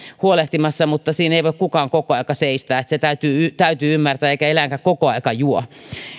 huolehtimassa mutta siinä ei voi kukaan koko aikaa seistä se täytyy täytyy ymmärtää eikä eläinkään koko aikaa juo